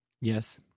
yes